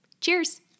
Cheers